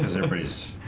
there breeze